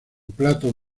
plato